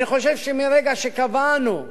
אני חושב שמרגע שקבענו,